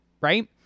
right